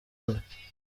nda